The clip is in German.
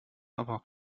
aber